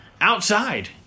outside